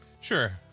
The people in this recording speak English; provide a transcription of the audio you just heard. Sure